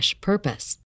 purpose